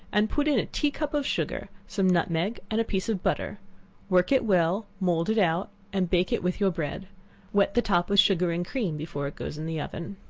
and put in a tea-cup of sugar, some nutmeg and a piece of butter work it well, mould it out, and bake it with your bread wet the top with sugar and cream before it goes in the oven.